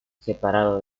separado